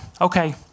Okay